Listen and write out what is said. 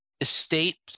estate